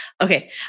Okay